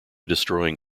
destroying